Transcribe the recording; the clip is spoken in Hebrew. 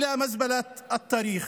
אל פח האשפה של ההיסטוריה.